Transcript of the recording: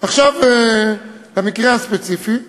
עכשיו, למקרה הספציפי.